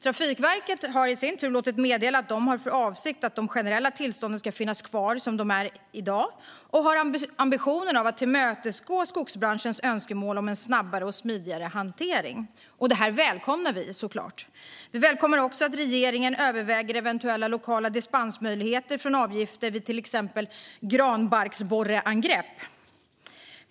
Trafikverket har i sin tur låtit meddela att det har för avsikt att låta de generella tillstånden finnas kvar som de är i dag och att det har ambitionen att tillmötesgå skogsbranschens önskemål om en snabbare och smidigare hantering. Det välkomnar vi såklart. Vi välkomnar också att regeringen överväger eventuella lokala dispensmöjligheter från avgifter vid till exempel granbarksborreangrepp.